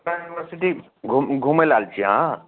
university घूम घुमय लए आयल छी अहाँ